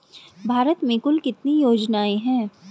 भारत में कुल कितनी योजनाएं हैं?